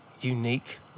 unique